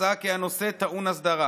מצאה כי הנושא טעון הסדרה